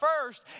first